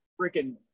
freaking